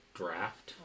draft